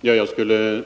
Herr talman! Jag skulle